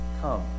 come